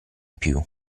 più